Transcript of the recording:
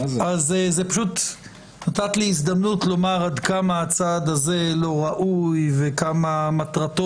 פשוט נתת לי הזדמנות לומר עד כמה הצעד הזה לא ראוי ועד כמה מטרתו